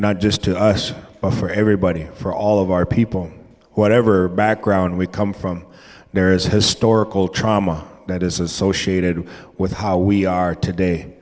not just to us but for everybody for all of our people whatever background we come from there's a historical trauma that is associated with how we are today